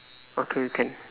okay can